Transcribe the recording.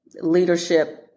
leadership